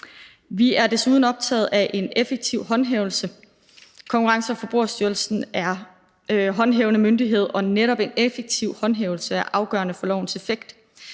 Vi er desuden optaget af en effektiv håndhævelse. Konkurrence- og Forbrugerstyrelsen er håndhævende myndighed, og netop en effektiv håndhævelse er afgørende for lovens effekt.